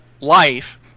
life